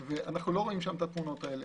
אנו לא רואים שם את התמונות האלה.